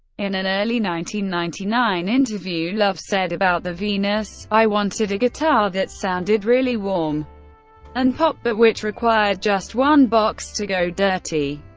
in an early one ninety nine interview, love said about the venus i wanted a guitar that sounded really warm and pop, but which required just one box to go dirty.